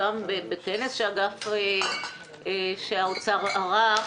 גם בכנס שהאוצר ערך,